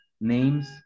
names